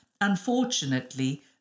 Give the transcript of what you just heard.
Unfortunately